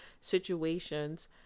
situations